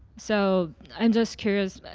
so i'm just curious.